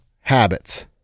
habits